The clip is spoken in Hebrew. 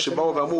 כשבאו ואמרו,